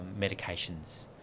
medications